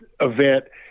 event